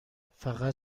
فقط